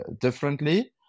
differently